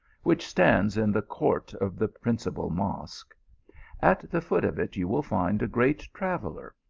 which stands in the court of the prin cipal mosque at the foot of it you will find a great traveller,